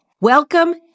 Welcome